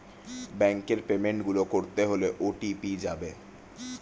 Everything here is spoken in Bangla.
ব্যাংকের পেমেন্ট গুলো করতে হলে ও.টি.পি যাবে